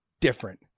different